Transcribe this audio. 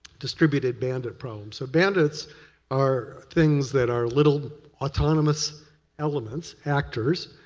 distributed bandit problems. so bandits are things that are little autonomous elements, actors,